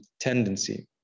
tendency